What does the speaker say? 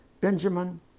Benjamin